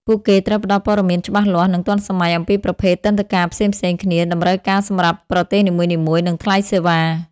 ពួកគេត្រូវផ្តល់ព័ត៌មានច្បាស់លាស់ និងទាន់សម័យអំពីប្រភេទទិដ្ឋាការផ្សេងៗគ្នា តម្រូវការសម្រាប់ប្រទេសនីមួយៗ និងថ្លៃសេវា។